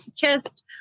kissed